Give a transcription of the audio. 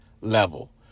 level